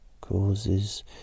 causes